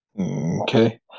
Okay